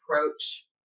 approach